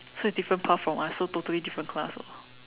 so it's different path from us so totally different class orh